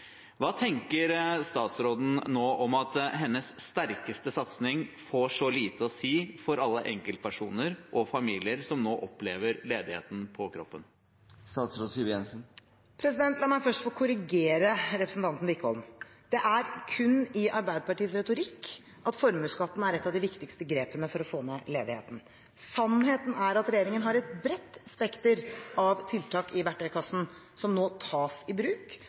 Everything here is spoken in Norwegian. Hva tenker statsråden om at hennes sterkeste satsing får så lite å si for alle enkeltpersoner og familier som nå opplever ledigheten på kroppen?» La meg først få korrigere representanten Wickholm. Det er kun i Arbeiderpartiets retorikk at formuesskatten er et av de viktigste grepene for å få ned ledigheten. Sannheten er at regjeringen har et bredt spekter av tiltak i verktøykassen, som nå tas i bruk